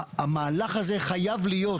המהלך הזה חייב להיות